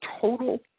total